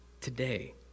today